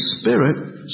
Spirit